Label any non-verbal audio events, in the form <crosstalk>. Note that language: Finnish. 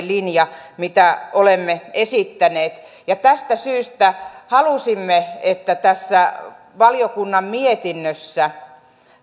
<unintelligible> linja mitä olemme esittäneet tästä syystä halusimme että tässä valiokunnan mietinnössä